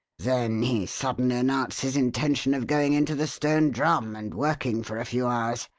then he suddenly announced his intention of going into the stone drum and working for a few hours.